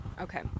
Okay